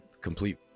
complete